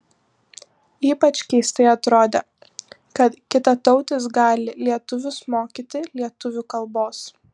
ypač keistai atrodė kad kitatautis gali lietuvius mokyti lietuvių kalbos